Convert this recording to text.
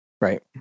Right